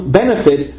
benefit